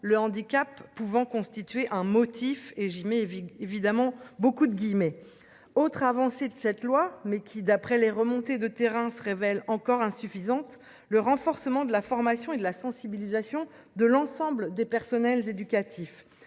le handicap pouvant constituer un motif et j'mets évidemment beaucoup de guillemets autre avancée de cette loi, mais qui d'après les remontées de terrain, se révèlent encore insuffisantes, le renforcement de la formation et de la sensibilisation de l'ensemble des personnels éducatifs.